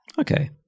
okay